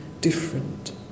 different